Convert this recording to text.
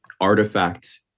artifact